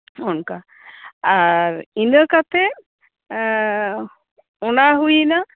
ᱚᱱᱠᱟ ᱟᱨ ᱤᱱᱟᱹ ᱠᱟᱛᱮᱫ ᱚᱱᱟ ᱦᱩᱭᱮᱱᱟ